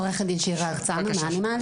עורכת דין שירה הרצנו מ"אנימלס".